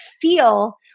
feel